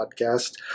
podcast